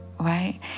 Right